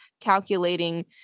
calculating